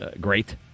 great